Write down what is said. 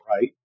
right